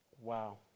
Wow